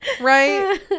Right